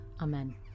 Amen